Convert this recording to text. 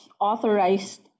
authorized